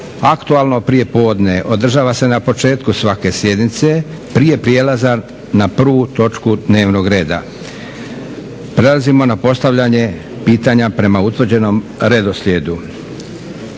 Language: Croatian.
Aktualno prijepodne održava se na početku svake sjednice, prije prijelaza na prvu točku dnevnog reda. Prelazimo na postavljanje pitanja prema utvrđenom redoslijedu.